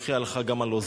ואנוכי אעלך גם עלה.